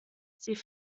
sie